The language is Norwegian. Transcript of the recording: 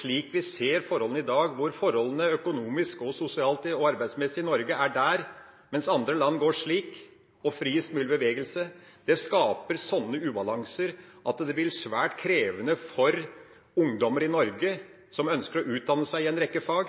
Slik vi ser i dag, hvor forholdene økonomisk, sosialt og arbeidsmessig i Norge er der , mens andre land går slik , og med friest mulig bevegelse, skaper det sånne ubalanser at det blir svært krevende for ungdommer i Norge som ønsker å utdanne seg i en rekke fag.